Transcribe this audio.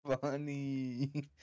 funny